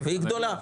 והיא גדולה.